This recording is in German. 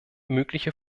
mögliche